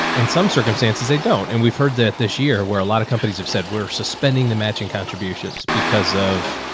in some circumstances they don't. and we've heard that this year where a lot of companies have said, we're suspending the matching contributions because of,